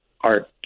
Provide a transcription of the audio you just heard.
art